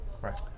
Right